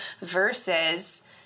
versus